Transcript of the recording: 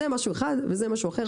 זה משהו אחד וזה משהו אחר.